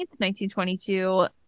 1922